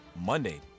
Monday